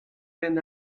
bern